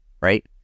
right